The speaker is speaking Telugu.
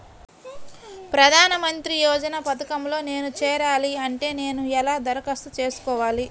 ప్రధాన మంత్రి యోజన పథకంలో నేను చేరాలి అంటే నేను ఎలా దరఖాస్తు చేసుకోవాలి?